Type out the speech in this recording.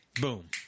boom